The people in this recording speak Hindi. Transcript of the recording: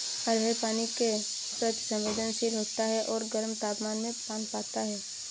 अरहर पानी के प्रति संवेदनशील होता है और गर्म तापमान में पनपता है